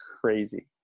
crazy